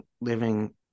living